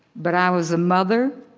but i was a mother,